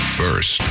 first